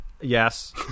yes